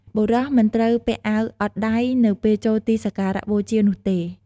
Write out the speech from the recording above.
បុរសមិនត្រូវពាក់អាវអត់ដៃនៅពេលចូលទីសក្ការៈបូជានោះទេ។